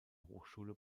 hochschule